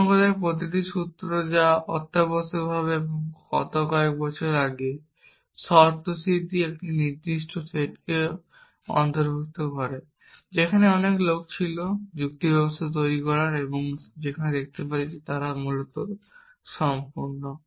অন্য কথায় প্রতিটি সূত্র যা অত্যাবশ্যকভাবে এবং গত কয়েকশ বছর আগে স্বতঃসিদ্ধ একটি নির্দিষ্ট সেটকে অন্তর্ভুক্ত করে সেখানে অনেক লোক ছিল যুক্তি ব্যবস্থা তৈরি করার এবং দেখাতে যে তারা মূলত সম্পূর্ণ